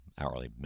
hourly